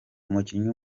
umukinnyi